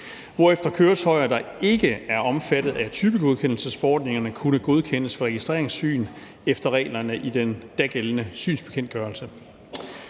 hvorefter køretøjer, der ikke er omfattet af typegodkendelsesforordningerne, kunne godkendes for registreringssyn efter reglerne i den dagældende synsbekendtgørelse.